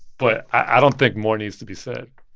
but i don't think more needs to be said.